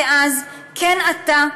כאז כן עתה,